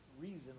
reason